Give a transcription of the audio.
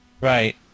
Right